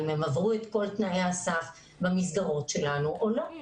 אם הם עברו את כל תנאי הסף במסגרות שלנו או לא.